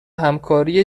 همکاری